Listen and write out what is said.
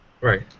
Right